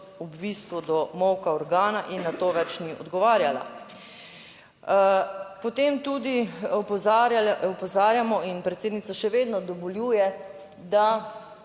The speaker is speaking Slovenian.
bistvu do molka organa, in na to več ni odgovarjala. Potem tudi opozarjamo in predsednica še vedno dovoljuje, da